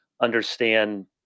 understand